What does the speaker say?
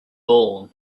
born